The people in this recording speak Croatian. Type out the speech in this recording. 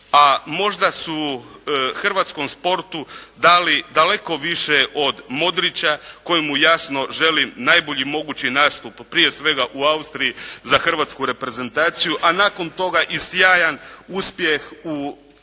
možda su hrvatskom sportu dali daleko više od Modrića kojemu jasno želim najbolji mogući nastup prije svega u Austriji za hrvatsku reprezentaciju, a nakon toga i sjajan uspjeh u Engleskoj